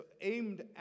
aimed